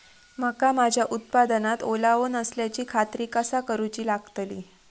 मका माझ्या उत्पादनात ओलावो नसल्याची खात्री कसा करुची लागतली?